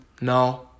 No